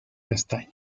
castaño